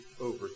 over